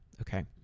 okay